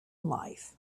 life